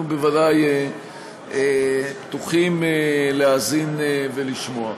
אנחנו בוודאי פתוחים להאזין ולשמוע.